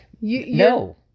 No